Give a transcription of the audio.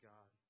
God